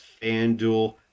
FanDuel